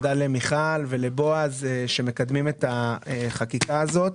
למיכל ולבועז שמקדמים את החקיקה הזאת.